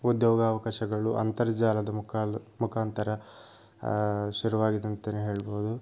ಉದ್ಯೋಗ ಅವಕಾಶಗಳು ಅಂತರ್ಜಾಲದ ಮುಖ ಮುಖಾಂತರ ಶುರುವಾಗಿದಂತಾನೇ ಹೇಳ್ಬೋದು